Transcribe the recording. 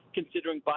considering